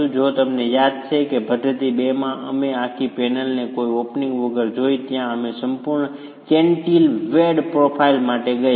અને જો તમને યાદ છે કે પદ્ધતિ 2 માં અમે આખી પેનલને કોઈ ઓપનિંગ વગર જોઈ ત્યાં અમે સંપૂર્ણ કેન્ટિલવેર્ડ પ્રોફાઇલ માટે ગયા